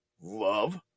love